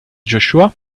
joshua